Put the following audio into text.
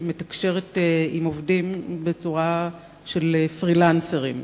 מתקשרת עם עובדים בצורה של פרילנסרים,